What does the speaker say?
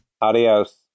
Adios